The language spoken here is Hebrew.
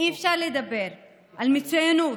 אי-אפשר לדבר על מצוינות,